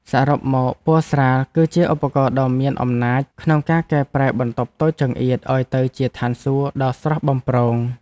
សរុបមកពណ៌ស្រាលគឺជាឧបករណ៍ដ៏មានអំណាចក្នុងការកែប្រែបន្ទប់តូចចង្អៀតឱ្យទៅជាឋានសួគ៌ដ៏ស្រស់បំព្រង។